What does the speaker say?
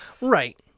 Right